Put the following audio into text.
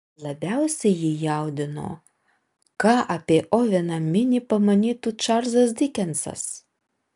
labiausiai jį jaudino ką apie oveną minį pamanytų čarlzas dikensas